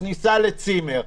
כניסה לצימר,